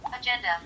Agenda